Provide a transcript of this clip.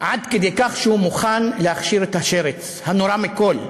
עד כדי כך שהוא מוכן להכשיר את השרץ הנורא מכול,